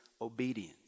obedience